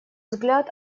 взгляд